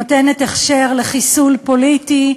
נותנת הכשר לחיסול פוליטי,